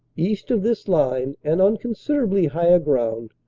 east of this line and on considerably higher ground,